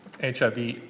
HIV